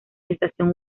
gestación